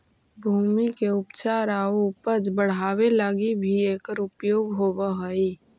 भूमि के उपचार आउ उपज बढ़ावे लगी भी एकर उपयोग होवऽ हई